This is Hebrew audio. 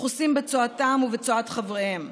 מכוסים בצואתם ובצואת חבריהם.